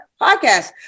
podcast